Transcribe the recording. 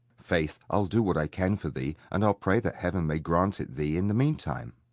faith, i'll do what i can for thee, and i'll pray that heav'n may grant it thee in the meantime.